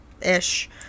Ish